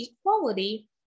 equality